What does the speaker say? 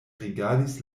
rigardis